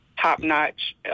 top-notch